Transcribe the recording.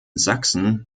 sachsen